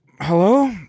hello